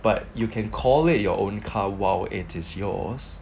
but you can call it your own car while it is yours